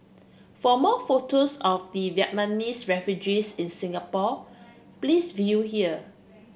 for more photos of the Vietnamese refugees in Singapore please view here